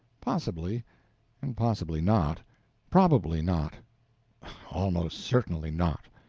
possibly and possibly not probably not almost certainly not.